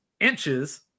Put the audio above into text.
inches